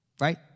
Right